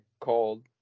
called